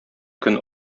көн